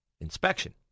inspection